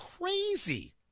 Crazy